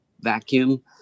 vacuum